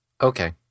Okay